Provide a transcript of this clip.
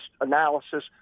analysis